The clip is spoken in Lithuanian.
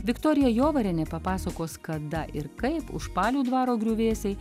viktorija jovarienė papasakos kada ir kaip užpalių dvaro griuvėsiai